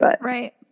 Right